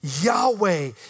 Yahweh